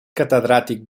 catedràtic